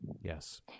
Yes